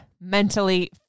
mentally